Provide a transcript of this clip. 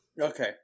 Okay